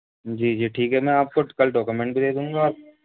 جی جی ٹھیک ہے میں آپ کو کل ڈاکومنٹ بھی دے دوں گا